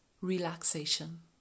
relaxation